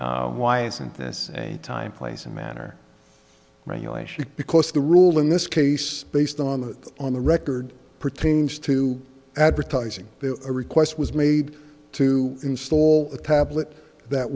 why isn't this an time place and manner regulation because the rule in this case based on the on the record pertains to advertising a request was made to install a tablet that